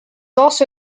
also